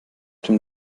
dem